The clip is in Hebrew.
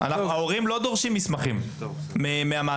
ההורים לא דורשים מסמכים מהמעסיקים.